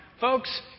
Folks